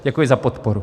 Děkuji za podporu.